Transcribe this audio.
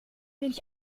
wenig